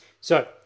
So-